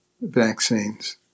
vaccines